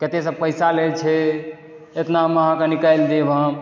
कतयसँ पैसा लय छै इतनामे अहाँके निकालि देब हम